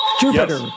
Jupiter